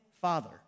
father